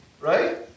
Right